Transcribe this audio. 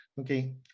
Okay